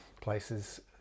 places